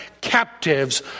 captives